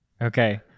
Okay